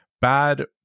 bad